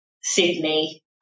Sydney